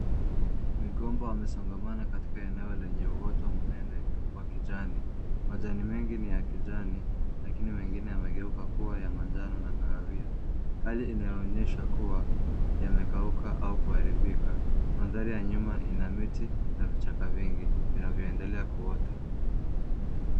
Migomba wamesongamana katika eneo lenye uoto mnene wa kijani. Majani mengi ni ya kijani lakini mengine yamegeuka kuwa ya manjano na kahawia. Hali inayoonyesha kuwa yamekauka au kuharibika. Mandhari ya nyuma ina miti na vichaka vingi vinavyoendela kuota.